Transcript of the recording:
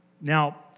Now